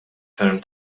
ferm